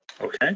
Okay